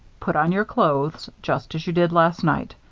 put on your clothes, just as you did last night.